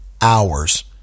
hours